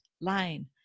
line